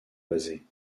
basés